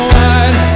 wide